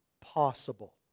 possible